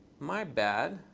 my bad.